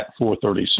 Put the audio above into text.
4.36